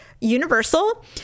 universal